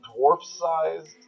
dwarf-sized